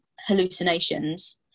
hallucinations